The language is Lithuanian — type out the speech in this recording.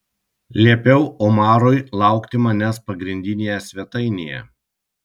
liepiau omarui laukti manęs pagrindinėje svetainėje